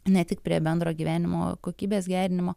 ne tik prie bendro gyvenimo kokybės gerinimo